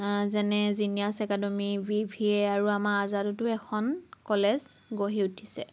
যেনে genius academy B V A আৰু আমাৰ আজাদতো এখন কলেজ গঢ়ি উঠিছে